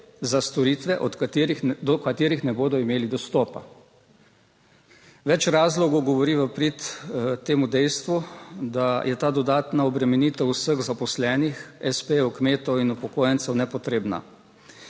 za storitve do katerih ne bodo imeli dostopa. Več razlogov govori v prid temu dejstvu, da je ta dodatna obremenitev vseh zaposlenih, espejev, kmetov in upokojencev nepotrebna.